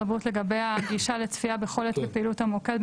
הבריאות לגבי הגישה לצפייה בכל עת בפעילות המוקד,